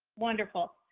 wonderful.